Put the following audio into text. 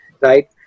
right